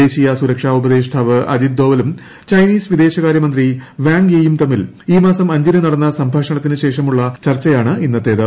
ദേശീയ സുരക്ഷാ ഉപദേഷ്ടാവ് അജിത് ദോവലും ചൈനീസ് വിദേശകാര്യ മന്ത്രി വാങ് യിയും തമ്മിൽ ഈ മാസം അഞ്ചിന് നടന്ന സംഭാഷണത്തിന് ശേഷമുള്ള ചർച്ചയാണ് ഇന്നത്തേത്